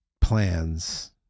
plans